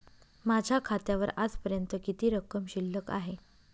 माझ्या खात्यावर आजपर्यंत किती रक्कम शिल्लक आहे?